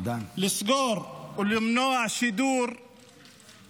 לסגור ולמנוע שידור של